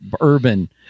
urban